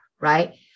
right